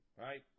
Right